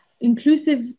inclusive